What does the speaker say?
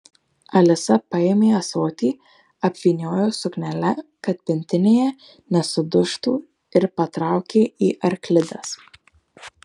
alisa paėmė ąsotį apvyniojo suknele kad pintinėje nesudužtų ir patraukė į arklides